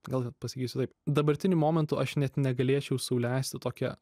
gal pasakysiu taip dabartiniu momentu aš net negalėčiau sau leisti tokia